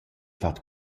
fat